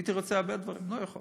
הייתי רוצה הרבה דברים, אני לא יכול.